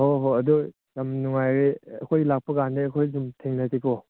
ꯍꯣ ꯍꯣ ꯑꯗꯨ ꯌꯥꯝ ꯅꯨꯡꯉꯥꯏꯔꯦ ꯑꯩꯈꯣꯏ ꯂꯥꯛꯄꯀꯥꯟꯗ ꯑꯩꯈꯣꯏ ꯑꯗꯨꯝ ꯊꯦꯡꯅꯁꯤꯀꯣ